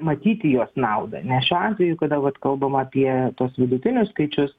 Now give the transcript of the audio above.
matyti jos naudą nes šiuo atveju kada vat kalbama apie tuos vidutinius skaičius